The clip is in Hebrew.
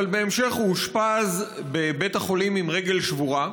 אבל בהמשך הוא אושפז בבית החולים עם רגל שבורה.